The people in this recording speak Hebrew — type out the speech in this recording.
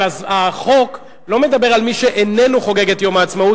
אבל החוק לא מדבר על מי שאיננו חוגג את יום העצמאות,